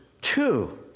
two